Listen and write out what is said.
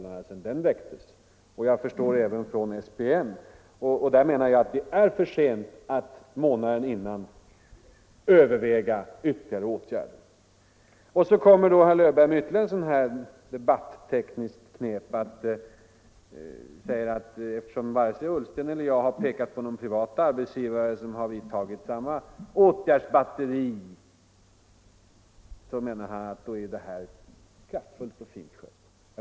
Jag förstår att man även från statens personalnämnds sida har gjort statsrådet uppmärksam på dem. Och då menar jag att det är för sent att månaden innan utflyttningen sker överväga ytterligare åtgärder. Så kommer herr Löfberg med ytterligare ett debattekniskt knep då han säger att varken herr Ullsten eller jag har pekat på att privata arbetsgivare har vidtagit samma batteri av åtgärder som staten i detta fall har gjort. Därför menar statsrådet att den här frågan är kraftfullt och fint skött.